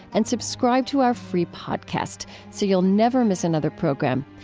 and subscribe to our free podcast so you'll never miss another program.